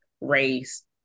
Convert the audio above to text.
race